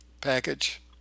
package